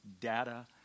data